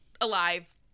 alive